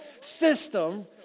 system